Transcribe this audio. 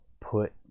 put